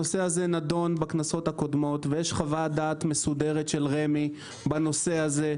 הנושא הזה נדון בכנסות הקודמות ויש חוות דעת מסודרת של רמ"י בנושא הזה.